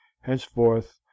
Henceforth